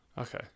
Okay